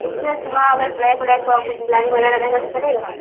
उसमें थोड़ा अगर ब्लैक उलेक थोड़ा कुछ लाइन वगैरह रहे तो चलेगा